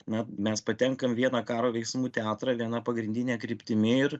na mes patenkam vieną karo veiksmų teatrą viena pagrindine kryptimi ir